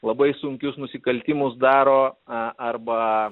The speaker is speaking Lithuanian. labai sunkius nusikaltimus daro a arba